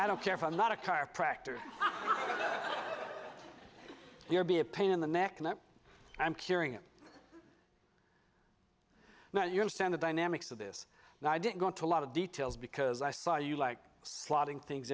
i don't care for i'm not a chiropractor you're be a pain in the neck and i'm curing it now you understand the dynamics of this and i didn't go into a lot of details because i saw you like slotting things